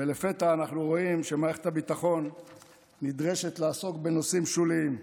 ולפתע אנחנו רואים שמערכת הביטחון נדרשת לעסוק בנושאים שוליים.